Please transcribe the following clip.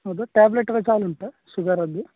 ಹೌದಾ ಟ್ಯಾಬ್ಲೆಟ್ ಎಲ್ಲ ಚಾಲು ಉಂಟಾ ಶುಗರದ್ದು